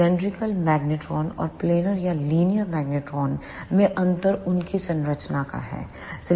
cylindrical cylindrical magnetron और planar या linear magnetron में अंतर उनकी संरचना का है